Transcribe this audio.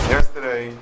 Yesterday